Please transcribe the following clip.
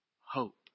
hope